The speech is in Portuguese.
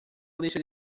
lista